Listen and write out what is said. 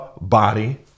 body